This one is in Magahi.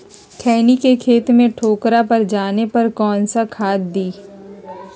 खैनी के खेत में ठोकरा पर जाने पर कौन सा खाद दी?